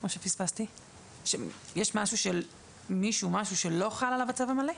יש משהו או מישהו שלא חל עליו הצו המלא?